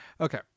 Okay